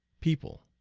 people.